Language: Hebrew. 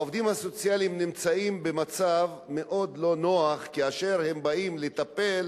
העובדים הסוציאליים נמצאים במצב לא נוח כאשר הם באים לטפל